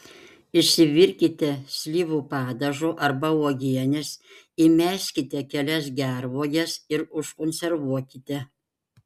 išsivirkite slyvų padažo arba uogienės įmeskite kelias gervuoges ir užkonservuokite